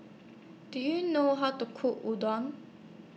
Do YOU know How to Cook Udon